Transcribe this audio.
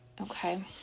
Okay